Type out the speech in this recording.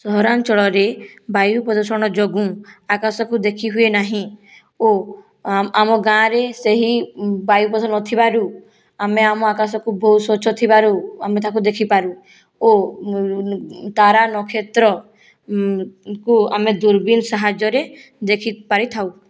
ସହରାଞ୍ଚଳରେ ବାୟୁ ପ୍ରଦୂଷଣ ଯୋଗୁଁ ଆକାଶକୁ ଦେଖି ହୁଏ ନାହିଁ ଓ ଆମ ଗାଁରେ ସେହି ବାୟୁ ପ୍ରଦୂଷଣ ନ ଥିବାରୁ ଆମେ ଆମ ଆକାଶକୁ ବହୁତ ସ୍ୱଚ୍ଛ ଥିବାରୁ ଆମେ ତାକୁ ଦେଖିପାରୁ ଓ ତାରା ନକ୍ଷତ୍ର କୁ ଆମେ ଦୁରବିନ ସାହାଯ୍ୟରେ ଦେଖି ପାରିଥାଉ